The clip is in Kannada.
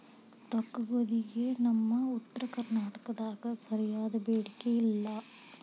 ತೊಕ್ಕಗೋಧಿಗೆ ನಮ್ಮ ಉತ್ತರ ಕರ್ನಾಟಕದಾಗ ಸರಿಯಾದ ಬೇಡಿಕೆ ಇಲ್ಲಾ